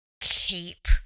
keep